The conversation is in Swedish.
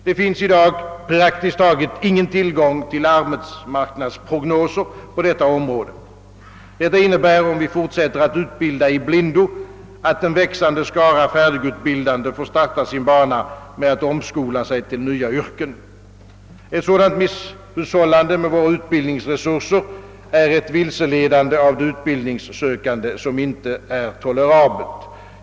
Det finns i dag praktiskt taget ingen tillgång till arbetsmarknadsprognoser på detta område. Detta innebär, om vi fortsätter att utbilda i blindo, att en växande skara färdigutbildade får starta sin bana med att omskola sig till nya yrken. Ett sådant misshushållande med våra utbildningsresurser är ett vilseledande av de utbildningssökande som inte är tolerabelt.